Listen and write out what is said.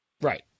Right